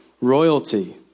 royalty